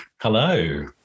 Hello